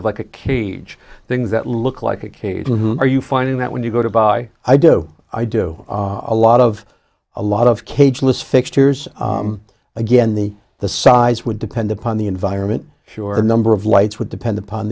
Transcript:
of like a cage things that look like a cage and are you finding that when you go to buy i do i do a lot of a lot of cageless fixtures again the the size would depend upon the environment sure a number of lights would depend upon